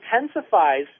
intensifies